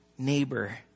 neighbor